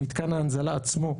מתקן ההנזלה עצמו,